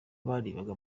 barebaga